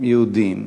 יהודים